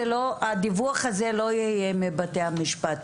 הדיווח הזה לא יהיה מבתי המשפט.